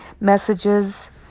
messages